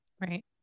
Right